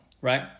right